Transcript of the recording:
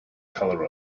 color